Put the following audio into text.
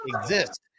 exist